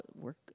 Work